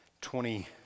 twenty